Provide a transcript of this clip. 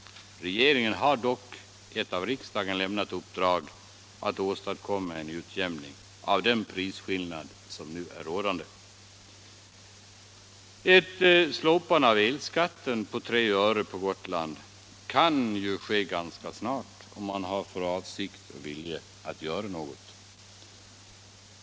Regeringen har dock ett av riksdagen lämnat uppdrag att åstadkomma en utjämning av den prisskillnad som nu råder. Ett slopande av elskatten på 3 öre på Gotland kan ske ganska snart, om man har för avsikt och en vilja att göra något.